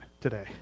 today